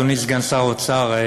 אדוני סגן שר האוצר,